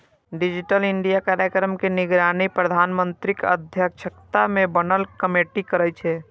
digital India कार्यक्रम के निगरानी प्रधानमंत्रीक अध्यक्षता मे बनल कमेटी करै छै